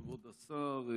כבוד השר,